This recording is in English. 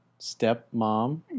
stepmom